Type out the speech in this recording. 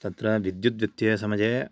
तत्र विद्युत्व्यत्यये समये